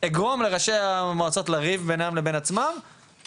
אגרום לראשי המועצות לריב בינם לבין עצמם,